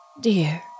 Dear